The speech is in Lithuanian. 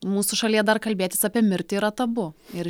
mūsų šalyje dar kalbėtis apie mirtį yra tabu ir